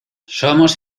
somos